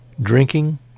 Drinking